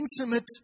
intimate